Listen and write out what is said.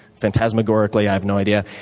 phantasmagorically, i have no idea.